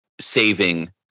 saving